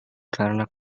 karena